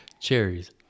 Cherries